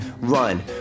run